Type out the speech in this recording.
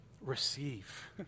Receive